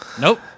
nope